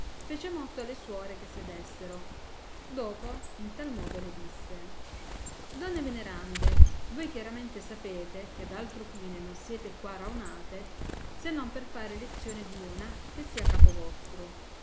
fece motto alle suore che sedessero dopo in tal modo le disse donne venerande voi chiaramente sapete che ad altro fine non siete qua rannate se non per far elezzione di una che sia capo vostro